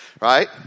right